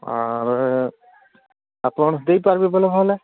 ଆଉ ଆପଣ ଦେଇ ପାରିବେ ବୋଲେ ଭଲ